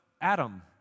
Adam